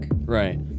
Right